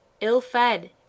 ill-fed